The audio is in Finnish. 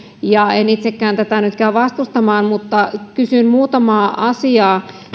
ja en itsekään tätä nyt käy vastustamaan mutta kysyn muutamaa asiaa